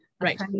Right